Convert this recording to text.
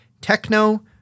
Techno